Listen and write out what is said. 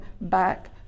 back